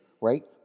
right